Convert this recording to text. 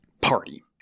party